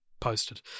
posted